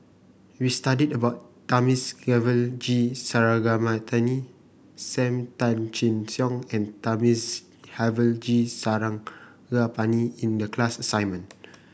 we studied about Thamizhavel G Sarangapani Sam Tan Chin Siong and Thamizhavel G Sarangapani in the class assignment